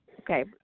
Okay